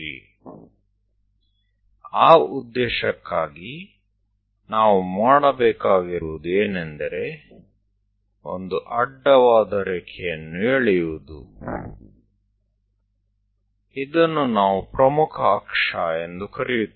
તે હેતુ માટે આપણને એક આડી લીટી દોરવી પડશે જેને આપણે મુખ્ય અક્ષ કહીશું